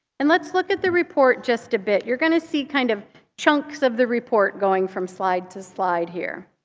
and let's look at the report just a bit. you're going to see kind of chunks of the report going from slide to slide here.